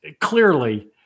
clearly